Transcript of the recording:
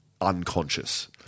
unconscious